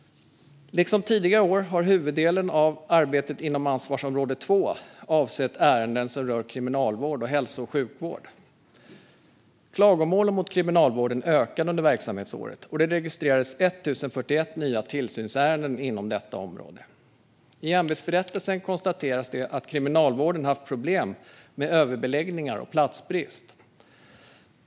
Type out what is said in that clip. Liksom tidigare år har huvuddelen av arbetet inom ansvarsområde 2 avsett ärenden som rör kriminalvård och hälso och sjukvård. Klagomålen på Kriminalvården ökade under verksamhetsåret, och det registrerades 1 041 nya tillsynsärenden inom detta område. I ämbetsberättelsen konstateras att Kriminalvården haft problem med överbeläggningar och platsbrist.